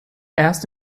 erst